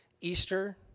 Easter